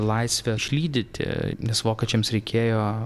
laisvę išlydyti nes vokiečiams reikėjo